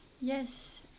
Yes